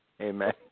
Amen